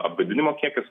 apgadinimo kiekis